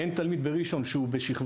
ויתייחס לזה כאן מציל מראשון לציון שנמצא כאן.